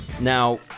Now